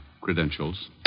credentials